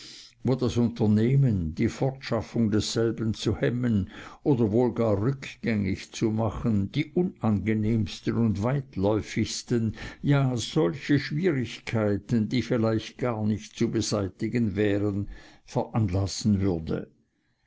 wo das unternehmen die fortschaffung desselben zu hemmen oder wohl gar rückgängig zu machen die unangenehmsten und weitläuftigsten ja solche schwierigkeiten die vielleicht gar nicht zu beseitigen wären veranlassen würde